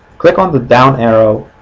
click on the down arrow